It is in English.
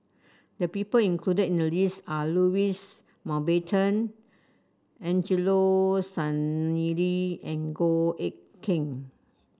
the people included in the list are Louis Mountbatten Angelo Sanelli and Goh Eck Kheng